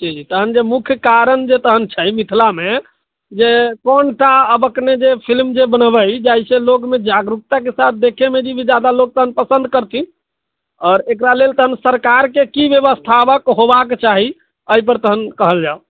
जी जी तहन जे मुख्य कारण जे तहन छै मिथिलामे जे कोनटा आब एखने फिलिम जे बनबै जाहि से लोगमे जागरूकताकेँ साथ देखैमे भी जादा लोग तहन पसन्द करथिन आओर एकरा लेल तहन सरकार केँ की व्यव्स्थाक होयबाक चाही एहि पर तहन कहल जाओ